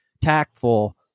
tactful